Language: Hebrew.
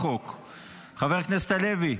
חבר הכנסת הלוי,